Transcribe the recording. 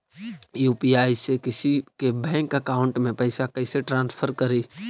UPI से किसी के बैंक अकाउंट में पैसा कैसे ट्रांसफर करी?